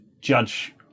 judge